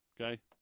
okay